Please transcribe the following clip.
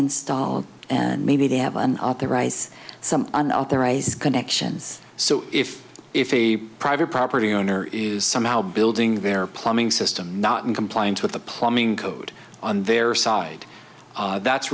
installed and maybe they have an authorized some unauthorized connections so if if a private property owner is somehow building their plumbing system not in compliance with the plumbing code on their side that's